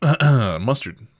mustard